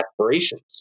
aspirations